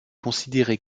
considéré